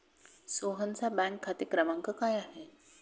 सोहनचा बँक खाते क्रमांक काय आहे?